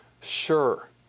sure